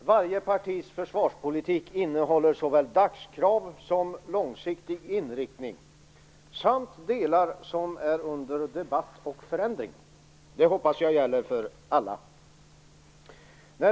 Herr talman! Varje partis försvarspolitik innehåller såväl dagskrav som långsiktig inriktning samt delar som är under debatt och förändring. Det hoppas jag gäller för alla.